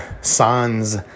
Sans